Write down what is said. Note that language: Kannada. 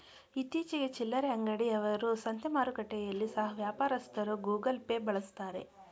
ಇತ್ತೀಚಿಗೆ ಚಿಲ್ಲರೆ ಅಂಗಡಿ ಅವರು, ಸಂತೆ ಮಾರುಕಟ್ಟೆಯಲ್ಲಿ ಸಹ ವ್ಯಾಪಾರಸ್ಥರು ಗೂಗಲ್ ಪೇ ಬಳಸ್ತಾರೆ